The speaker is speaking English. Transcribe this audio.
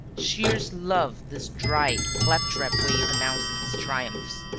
shears loved this dry, claptrap way of announcing his triumphs.